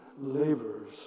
laborers